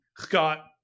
Scott